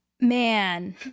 Man